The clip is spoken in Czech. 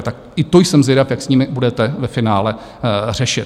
Tak i to jsem zvědav, jak s nimi budete ve finále řešit.